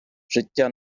життя